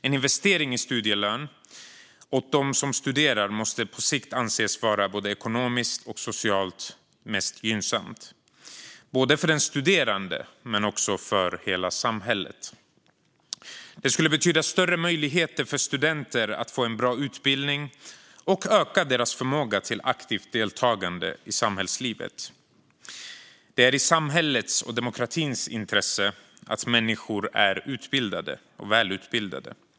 En investering i studielön åt dem som studerar måste på sikt anses vara ekonomiskt och socialt mest gynnsamt för både den studerande och hela samhället. Det skulle betyda större möjligheter för studenter att få en bra utbildning, och det skulle öka deras förmåga till aktivt deltagande i samhällslivet. Det är i samhällets och demokratins intresse att människor är välutbildade.